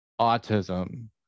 autism